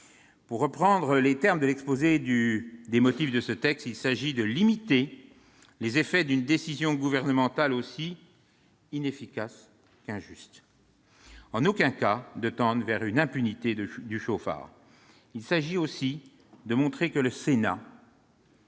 Pour reprendre les termes de l'exposé des motifs du texte, il s'agit de « limiter les effets d'une décision gouvernementale aussi inefficace qu'injuste », et en aucun cas de tendre vers une impunité du chauffard. Il s'agit aussi de montrer que le Sénat